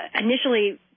initially